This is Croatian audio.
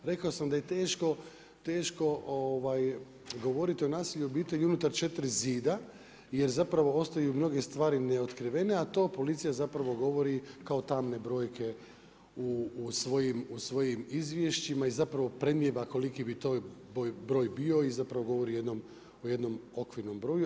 Rekao sam da je teško govoriti o nasilju u obitelji unutar četiri zida, jer zapravo ostaju mnoge stvari neotkrivene, a to policija zapravo govori kao tamne brojke u svojim izvješćima i zapravo predmijeva koliki bi to broj bio i zapravo govori o jednom okvirnom broju.